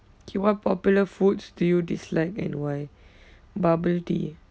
K what popular foods do you dislike and why bubble tea